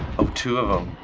oh, two of em.